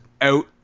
out